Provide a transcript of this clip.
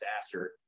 disaster